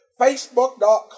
Facebook.com